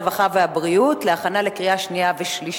הרווחה והבריאות נתקבלה.